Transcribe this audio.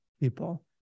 people